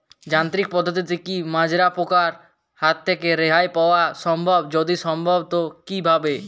যান্ত্রিক পদ্ধতিতে কী মাজরা পোকার হাত থেকে রেহাই পাওয়া সম্ভব যদি সম্ভব তো কী ভাবে?